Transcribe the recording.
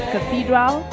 Cathedral